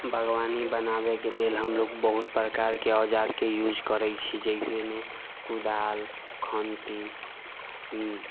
बागवानी बनाबैके लेल हम लोग बहुत प्रकारके औजारके यूज करै छी जइसेमे कुदाल खन्ति